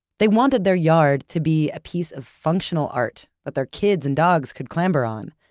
they wanted their yard to be a piece of functional art, that their kids and dogs could clamber on.